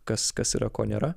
kas kas yra ko nėra